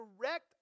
direct